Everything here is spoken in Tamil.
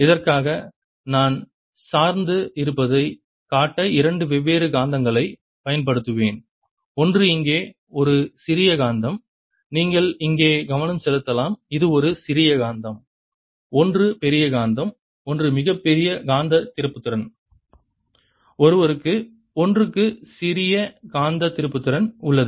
இதற்காக நான் சார்ந்து இருப்பதைக் காட்ட இரண்டு வெவ்வேறு காந்தங்களைப் பயன்படுத்துவேன் ஒன்று இங்கே ஒரு சிறிய காந்தம் நீங்கள் இங்கே கவனம் செலுத்தலாம் இது ஒரு சிறிய காந்தம் ஒன்று பெரிய காந்தம் ஒன்று மிகப் பெரிய காந்த திருப்புத்திறன் ஒருவருக்கு ஒன்றுக்கு சிறிய காந்த திருப்புத்திறன் உள்ளது